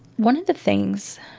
one of the things